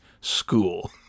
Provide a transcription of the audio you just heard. school